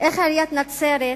איך עיריית נצרת,